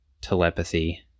telepathy